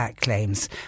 claims